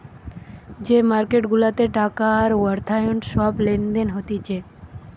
যে মার্কেট গুলাতে টাকা আর অর্থায়ন সব লেনদেন হতিছে